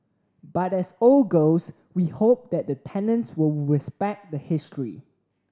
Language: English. but as old girls we hope that the tenants will respect the history